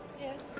Yes